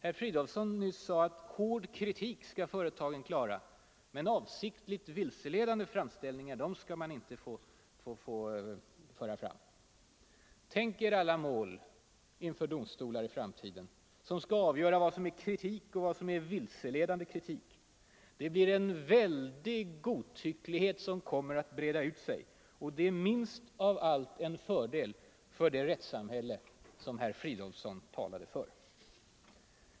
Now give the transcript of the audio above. Herr Fridolfsson sade nyss att ”hård kritik” skall företag klara, men ”avsiktligt vilseledande framställningar” skall man inte få föra fram. Tänk er alla mål i framtiden inför domstolar som skall avgöra vad som är ”kritik” och vad som är ”vilseledande kritik”! Det blir en väldig godtycklighet som kommer att breda ut sig. Det vore minst av allt en fördel för det rättssamhälle som herr Fridolfsson talade för.